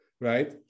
right